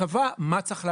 קבעה מה צריך לעשות.